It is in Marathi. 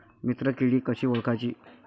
मित्र किडी कशी ओळखाची?